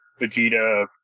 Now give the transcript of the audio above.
Vegeta